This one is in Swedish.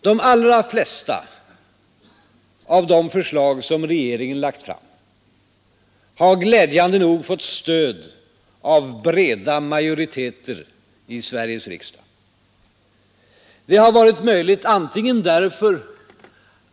De allra flesta av de förslag som regeringen lagt fram har glädjande nog fått stöd av breda majoriteter i Sveriges riksdag. Det har varit möjligt antingen därför